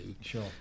Sure